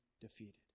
defeated